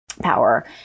power